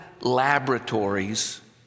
laboratories